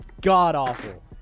god-awful